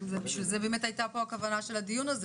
זו כוונת הדיון.